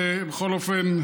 ובכל אופן,